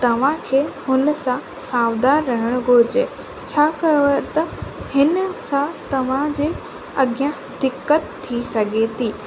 तव्हांखे हुन सां सावधानु रहण घुरिजे छाकाणि त हिन सां तव्हांजे अॻियां दिक़तु थी सघे थी